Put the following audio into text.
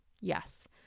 Yes